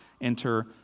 enter